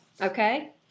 Okay